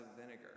vinegar